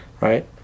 right